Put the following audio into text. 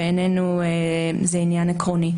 בעינינו זה עניין עקרוני.